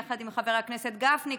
יחד עם חבר הכנסת גפני.